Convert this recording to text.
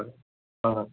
হয় অঁ হয়